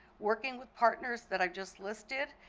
working with partners that i just listed,